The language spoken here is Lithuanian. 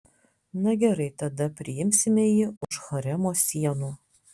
na gerai tada priimsime jį už haremo sienų